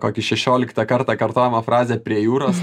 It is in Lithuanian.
kokį šešioliktą kartą kartojamą frazę prie jūros